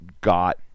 got